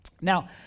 Now